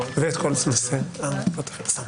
תודה רבה לכולם.